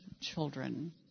children